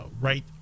right